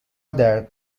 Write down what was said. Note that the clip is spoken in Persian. درد